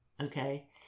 okay